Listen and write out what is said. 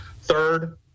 Third